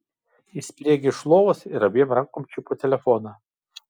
ji spriegė iš lovos ir abiem rankom čiupo telefoną